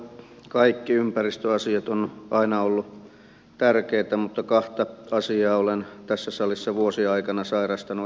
minulle kaikki ympäristöasiat ovat aina olleet tärkeitä mutta kahta asiaa olen tässä salissa vuosien aikana sairastanut erityisen paljon